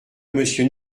monsieur